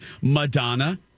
Madonna